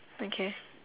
okay